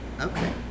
Okay